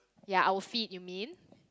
ya our feet you mean